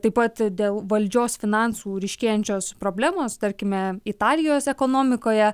taip pat dėl valdžios finansų ryškėjančios problemos tarkime italijos ekonomikoje